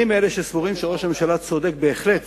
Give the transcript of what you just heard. אני מאלה שסבורים שראש הממשלה צודק בהחלט